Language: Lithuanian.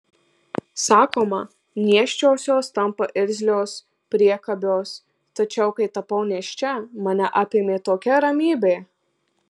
sakoma nėščiosios tampa irzlios priekabios tačiau kai tapau nėščia mane apėmė tokia ramybė